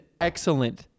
excellent